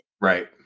Right